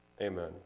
Amen